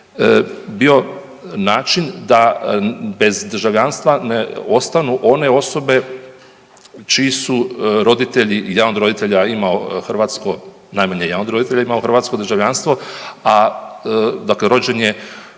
bio način da bez državljanstva ostanu one osobe čiji su roditelji, jedan od roditelja imao hrvatsko, najmanje jedan od roditelja imao hrvatsko državljanstvo, a dakle rođen je